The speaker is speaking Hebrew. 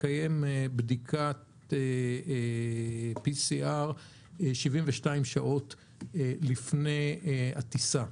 לקיים בדיקת PCR 72 שעות לפני הטיסה.